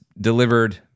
delivered